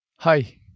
Hi